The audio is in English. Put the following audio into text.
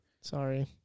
Sorry